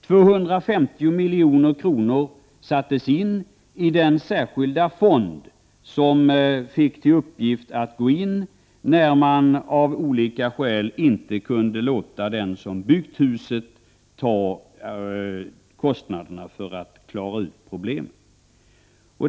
250 milj.kr. har satts in i den särskilda fond som skall användas när man av olika skäl inte kan kräva att den som har byggt ett hus skall bära kostnaderna för att klara ut uppkomna problem.